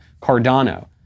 Cardano